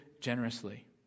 generously